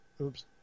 oops